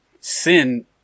sin